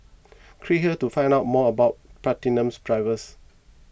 click here to find out more about platinum drivers